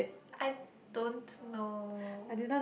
I don't know